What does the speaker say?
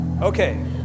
Okay